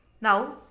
Now